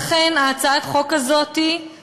לכן, הצעת החוק הזאת היא